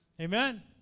Amen